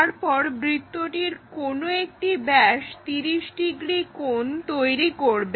তারপর বৃত্তটির কোনো একটি ব্যাস 30 ডিগ্রি কোণ তৈরি করবে